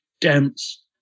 dense